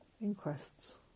inquests